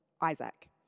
Isaac